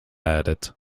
added